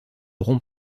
rompt